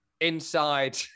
inside